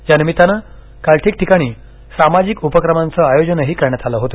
या निमित्तानं काल ठिकठिकाणी सामाजिक उपक्रमांचं आयोजनही करण्यात आलं होतं